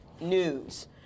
news